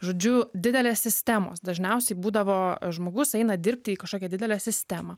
žodžiu didelės sistemos dažniausiai būdavo žmogus eina dirbti į kažkokią didelę sistemą